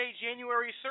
January